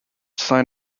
sign